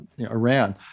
Iran